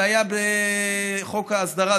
זה היה בחוק ההסדרה.